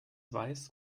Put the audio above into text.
weiß